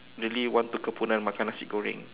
really want to kempunan makan nasi goreng